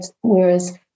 whereas